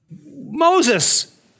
Moses